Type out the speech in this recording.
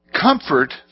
Comfort